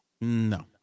no